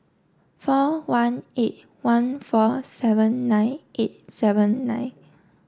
four one eight one four seven nine eight seven nine